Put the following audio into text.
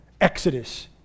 exodus